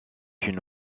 une